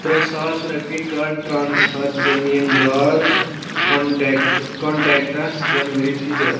ترٛےٚ ساس رۄپیہِ کَر ٹرٛانسفر زٔمیٖن دار کانٹیکٹ کانٹیکٹَس جنؤریِچ اِجرت